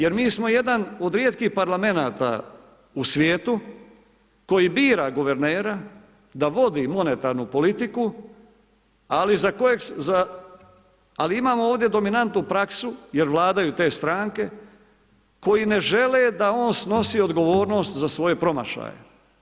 Jer mi smo jedan od rijetkih Parlamenata u svijetu koji bira guvernera da vodi monetarnu politiku, ali imamo ovdje dominantnu praksu, jer vladaju te stranke, koje ne žele da on snosi odgovornost za svoje promašaje.